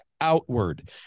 outward